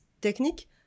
technique